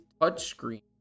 touchscreen